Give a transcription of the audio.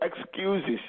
excuses